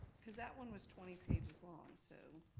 cause that one was twenty pages long, so.